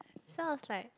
sounds like